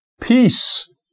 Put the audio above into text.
peace